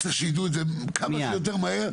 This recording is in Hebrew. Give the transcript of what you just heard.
צריך שידעו את זה כמה שיורת מהר.